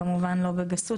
כמובן לא בגסות,